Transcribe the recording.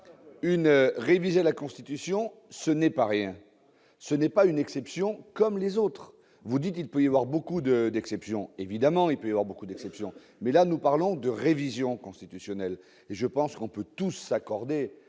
une réviser la Constitution, ce n'est pas rien, ce n'est pas une exception, comme les autres, vous dites : il peut y avoir beaucoup de d'exception évidemment et puis beaucoup d'exceptions, mais là nous parlons de révision constitutionnelle, je pense qu'on peut tous s'accorder